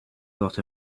got